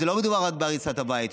לא מדובר רק בהריסת הבית,